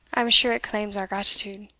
i am sure it claims our gratitude.